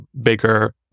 bigger